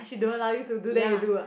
she don't allow you to do then you do ah